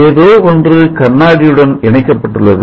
ஏதோ ஒன்று கண்ணாடியுடன் இணைக்கப்பட்டுள்ளது